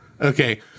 Okay